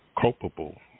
culpable